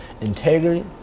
integrity